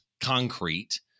concrete